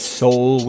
soul